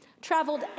traveled